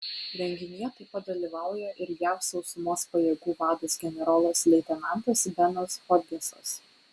renginyje taip pat dalyvauja ir jav sausumos pajėgų vadas generolas leitenantas benas hodgesas